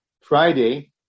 Friday